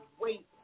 wait